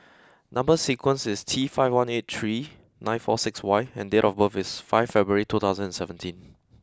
number sequence is T five one eight three nine four six Y and date of birth is fifth February two thousand and seventeen